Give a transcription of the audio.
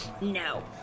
No